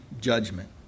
judgment